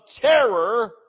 terror